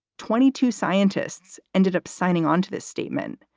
twenty two scientists ended up signing onto this statement.